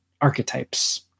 archetypes